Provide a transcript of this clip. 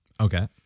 Okay